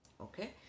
Okay